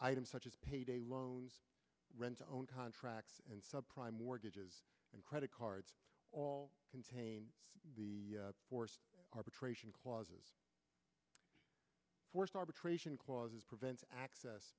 items such as payday loans rent to own contract and sub prime mortgages and credit cards all contain the force arbitration clauses forced arbitration clauses prevent access